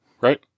right